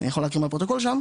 אני יכול להקריא מהפרוטוקול שם,